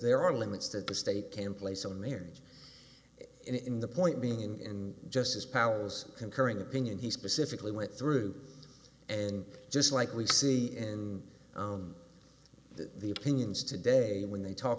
there are limits that the state can place on marriage in the point being in just as powers concurring opinion he specifically went through and just like we see in the opinions today when they talk